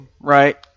right